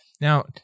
Now